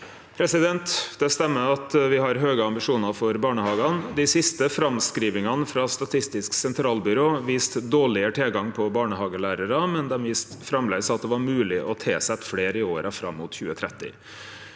Det stemmer at me har høge ambisjonar for barnehagane. Dei siste framskrivingane frå Statistisk sentralbyrå viste dårlegare tilgang på barnehagelærarar, men dei viste framleis at det var mogleg å tilsetje fleire i åra fram mot 2030.